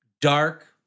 dark